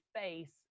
face